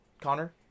Connor